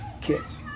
kids